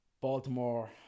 Baltimore